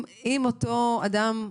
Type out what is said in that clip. אם אותו אדם,